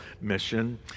mission